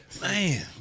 Man